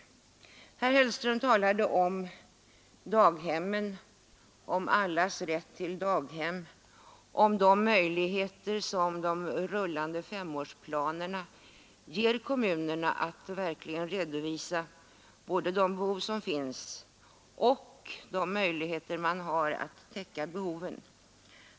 Herr Hellström talade om allas rätt till daghem, om de möjligheter som de rullande femårsplanerna ger kommunerna att verkligen redovisa både de behov som finns och de möjligheter man har att täcka behoven.